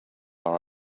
are